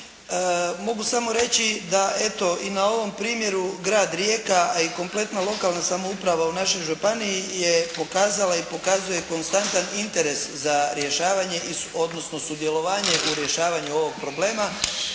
mogu samo reći da eto i na ovom primjeru grad Rijeka, a i kompletna lokalna samouprava u našoj županiji je pokazala i pokazuje konstantan interes za rješavanje, odnosno sudjelovanje u rješavanju ovog problema,